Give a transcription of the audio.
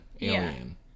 alien